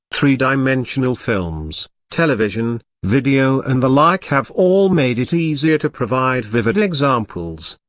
three-dimensional films, television, video and the like have all made it easier to provide vivid examples.